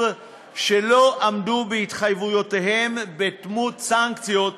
שלא עמדו בהתחייבויותיהם בדמות סנקציות,